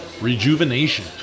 Rejuvenation